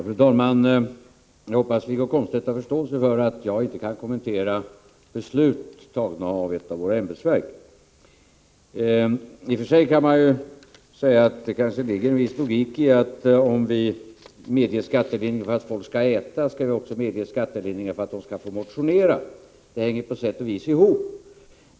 Fru talman! Jag hoppas att Wiggo Komstedt har förståelse för att jag inte kan kommentera beslut tagna av ett av våra ämbetsverk. I och för sig kan man säga att det kanske ligger en viss logik i att om vi medger skattelindring för att folk skall äta, då skall vi också medge skattelindring för att de skall få motionera — detta hänger på sätt och vis ihop.